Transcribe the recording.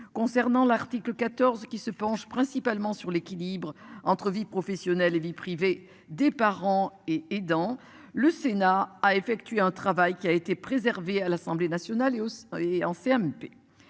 concernant l'article 14 qui se penche principalement sur l'équilibre entre vie professionnelle et vie privée des parents et et dans le Sénat a effectué un travail qui a été préservée à l'Assemblée nationale et au et